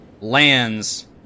lands